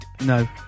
No